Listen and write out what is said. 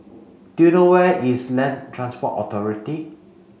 do you know where is Land Transport Authority